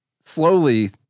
slowly